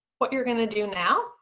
what you're gonna do now,